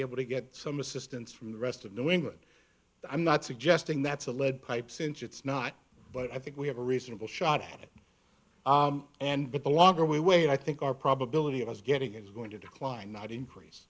be able to get some assistance from the rest of new england i'm not suggesting that's a lead pipe cinch it's not but i think we have a reasonable shot at it and that the longer we wait i think our probability of us getting it is going to decline not increase